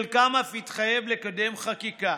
חלק אף התחייבו לקדם חקיקה.